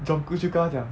jung kook 就跟他讲